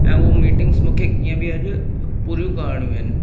ऐं हूअ मीटिंग्स मूंखे कीअं बि अॼु पूरियूं करणियूं आहिनि